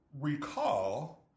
recall